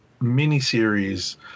miniseries